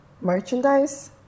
merchandise